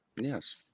Yes